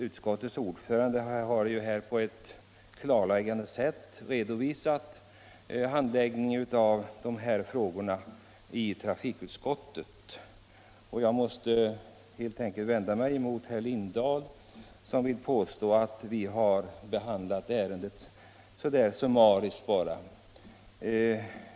Utskottets ordförande har dessutom redan på ett klarläggande sätt redovisat handläggningen av detta ärende i trafikutskottet. Jag måste emellertid vända mig mot herr Lindahl i Lidingö, som påstod att vi har behandlat detta ärende summariskt.